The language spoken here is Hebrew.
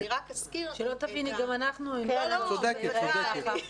שלא תביני, גם אנחנו לא רוצים שייראה ככה.